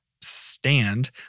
stand